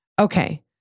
Okay